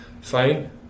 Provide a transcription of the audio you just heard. fine